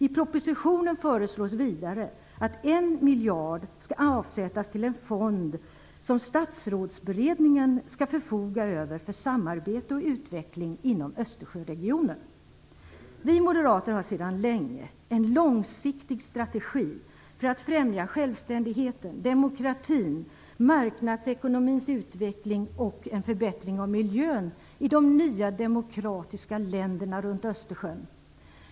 I propositionen föreslås vidare att 1 miljard kronor skall avsättas till en fond som Statsrådsberedningen skall förfoga över för samarbete och utveckling inom Vi moderater har sedan länge en långsiktig strategi för att främja självständigheten, demokratin, marknadsekonomins utveckling och en förbättring av miljön i de nya demokratiska länderna runt Östersjön.